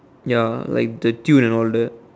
ya like the tune and all that